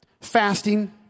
fasting